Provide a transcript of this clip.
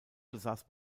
besaß